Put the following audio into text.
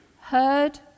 heard